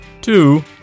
Two